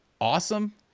awesome